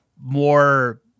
more